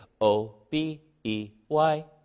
O-B-E-Y